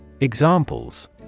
Examples